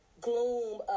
gloom